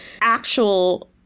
actual